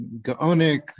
Gaonic